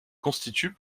constitue